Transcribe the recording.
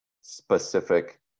specific